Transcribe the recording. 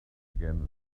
again